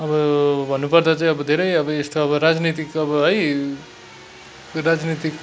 अब भन्नुपर्दा चाहिँ अब धेरै अब यस्ता अब राजनैतिक अब है राजनैतिक